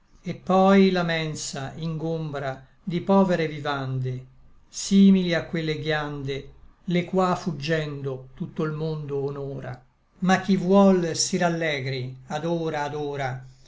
et poi la mensa ingombra di povere vivande simili a quelle ghiande le qua fuggendo tutto l mondo honora ma chi vuol si rallegri ad ora ad ora